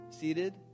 seated